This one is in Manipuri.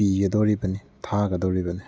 ꯄꯤꯒꯗꯧꯔꯤꯕꯅꯤ ꯊꯥꯒꯗꯧꯔꯤꯕꯅꯤ